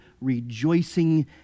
rejoicing